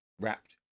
wrapped